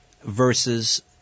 versus